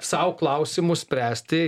sau klausimus spręsti